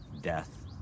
Death